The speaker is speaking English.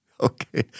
Okay